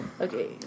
Okay